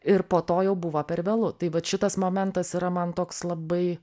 ir po to jau buvo per vėlu tai vat šitas momentas yra man toks labai